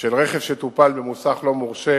שטופל במוסך לא מורשה,